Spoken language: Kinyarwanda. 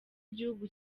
igihugu